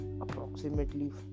approximately